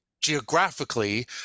geographically